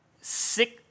six